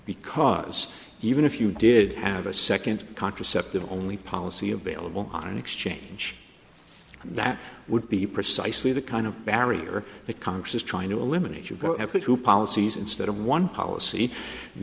because even if you did have a second contraceptive only policy available on an exchange that would be precisely the kind of barrier that congress is trying to eliminate you go after two policies instead of one